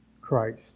Christ